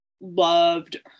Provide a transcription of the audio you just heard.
loved